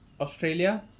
Australia